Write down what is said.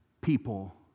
people